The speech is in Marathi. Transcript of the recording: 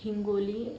हिंगोली